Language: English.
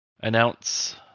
announce